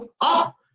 up